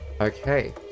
Okay